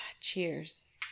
cheers